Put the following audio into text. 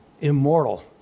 immortal